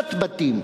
להריסת בתים,